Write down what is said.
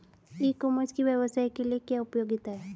ई commerce की व्यवसाय के लिए क्या उपयोगिता है?